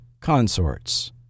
consorts